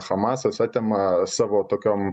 hamasas atema savo tokiom